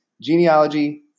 genealogy